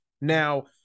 Now